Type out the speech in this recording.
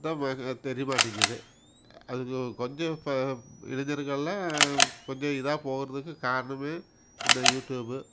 அதுதான் தெரிய மாட்டேங்கிது அதுக்கு கொஞ்சம் இப்போ இளைஞர்கள்லாம் கொஞ்சம் இதாக போகிறதுக்கு காரணமே இந்த யூடியூபு